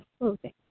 clothing